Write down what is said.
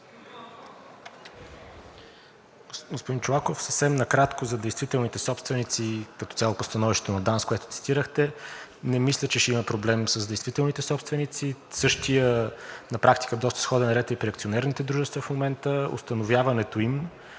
Господин Чолаков, съвсем накратко за действителните собственици и като цяло по становището на ДАНС, което цитирахте. Не мисля, че ще има проблем с действителните собственици. Същият на практика доста сходен ред е и при акционерните дружества в момента. Установяването им